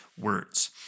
words